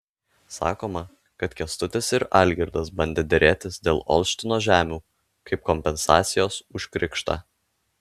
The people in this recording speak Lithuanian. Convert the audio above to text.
sakoma kad kęstutis ir algirdas bandę derėtis dėl olštino žemių kaip kompensacijos už krikštą